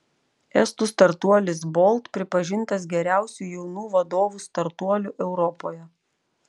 estų startuolis bolt pripažintas geriausiu jaunų vadovų startuoliu europoje